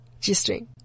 g-string